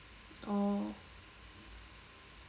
orh